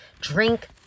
Drink